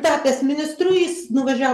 tapęs ministru jis nuvažiavo